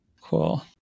Cool